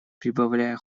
прибавляя